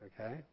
Okay